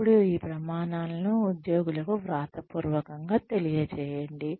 అప్పుడు ఈ ప్రమాణాలను ఉద్యోగులకు వ్రాతపూర్వకంగా తెలియజేయండి